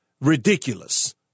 ridiculous